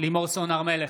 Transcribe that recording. לימור סון הר מלך,